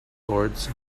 boards